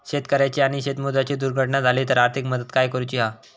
शेतकऱ्याची आणि शेतमजुराची दुर्घटना झाली तर आर्थिक मदत काय करूची हा?